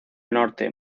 norte